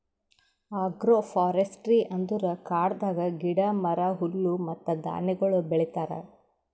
agro forestry ಅಂದುರ್ ಕಾಡದಾಗ್ ಗಿಡ, ಮರ, ಹುಲ್ಲು ಮತ್ತ ಧಾನ್ಯಗೊಳ್ ಬೆಳಿತಾರ್